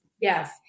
Yes